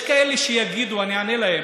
יש כאלה שיגידו, אני אענה להם,